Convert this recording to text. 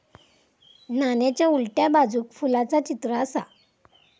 नाण्याच्या उलट्या बाजूक फुलाचा चित्र आसा